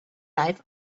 live